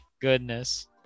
Goodness